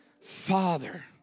Father